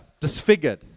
disfigured